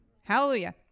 Hallelujah